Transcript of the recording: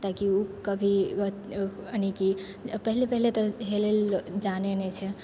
ताकि ओ कभी यानीकि पहले पहले तऽ हेलैलए जानै नहि छै